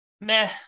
meh